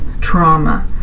trauma